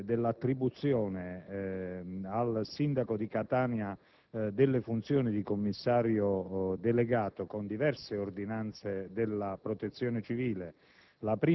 dell'attribuzione al sindaco di Catania delle funzioni di Commissario delegato con diverse ordinanze della Protezione civile